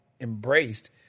embraced